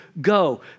go